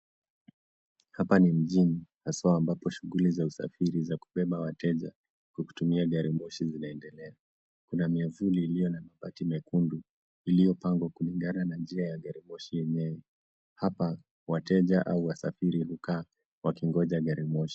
Hapa ni mjini, haswa, ambapo shughuli za usafiri za kubeba wateja kwa kutumia gari moshi zinaendelea. Kuna myavuli iliyo na mabati mekundu, iliyopangwa kulingana na njia ya garimoshi yenyewe. Hapa wateja au wasafiri hukaa wakingoja gari moshi.